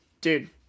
Dude